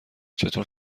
چطور